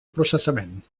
processament